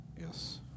Yes